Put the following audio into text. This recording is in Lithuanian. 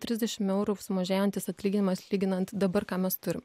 trisdešim eurų mažėjantis atlyginimas lyginant dabar ką mes turim